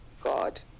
God